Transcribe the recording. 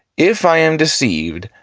if i am deceived,